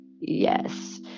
yes